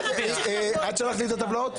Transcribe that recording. את שלחת לי את הטבלאות.